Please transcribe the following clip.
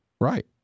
right